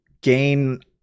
gain –